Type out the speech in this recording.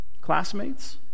Classmates